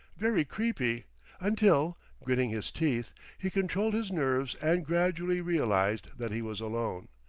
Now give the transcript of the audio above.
very creepy until, gritting his teeth, he controlled his nerves and gradually realized that he was alone,